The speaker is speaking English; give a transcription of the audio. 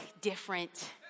different